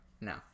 no